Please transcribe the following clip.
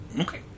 Okay